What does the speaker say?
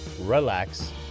relax